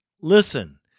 Listen